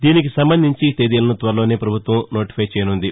దీనికి సంబంధించి తేదీలను త్వరలోనే ప్రభుత్వం నోటిఫై చేయనుంది